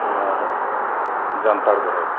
ᱟᱨ ᱡᱟᱱᱛᱟᱲ ᱡᱟᱦᱮᱨ